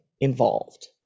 involved